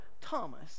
Thomas